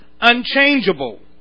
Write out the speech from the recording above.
unchangeable